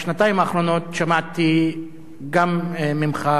בשנתיים האחרונות שמעתי גם ממך,